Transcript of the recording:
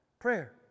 Prayer